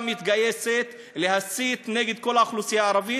כולם מתגייסים להסית נגד כל האוכלוסייה הערבית,